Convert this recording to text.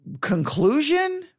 conclusion